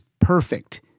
perfect